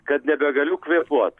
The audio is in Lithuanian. kad nebegaliu kvėpuot